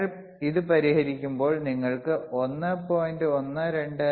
നിങ്ങൾ ഇത് പരിഹരിക്കുമ്പോൾ നിങ്ങൾക്ക് 1